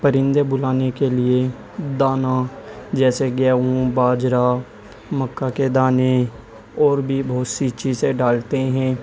پرندے بلانے کے لیے دانہ جیسے گیہوں باجرہ مکا کے دانے اور بھی بہت سی چیزیں ڈالتے ہیں